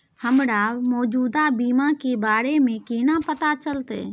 हमरा मौजूदा बीमा के बारे में केना पता चलते?